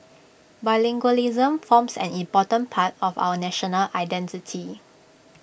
bilingualism forms an important part of our national identity